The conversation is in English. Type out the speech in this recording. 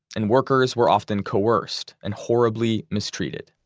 and workers were often coerced and horribly mistreated